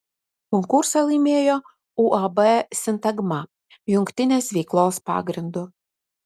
konkursą laimėjo uab sintagma jungtinės veiklos pagrindu